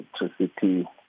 electricity